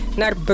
naar